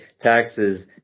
taxes